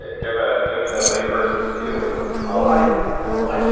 ah give ah give me the layperson's view of what's causing like bipolar